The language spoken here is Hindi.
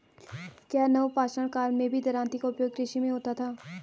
क्या नवपाषाण काल में भी दरांती का उपयोग कृषि में होता था?